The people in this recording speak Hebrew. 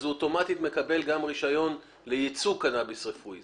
הוא אוטומטית מקבל גם רישיון לייצוא קנאביס רפואי.